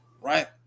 right